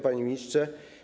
Panie Ministrze!